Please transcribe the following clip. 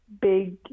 big